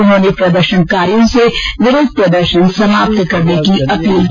उन्होंने प्रदर्शनकारियों से विरोध प्रदर्शन समाप्त करने की अपील की